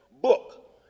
book